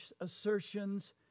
assertions